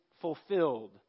fulfilled